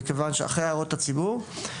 אחרי הערות הציבור.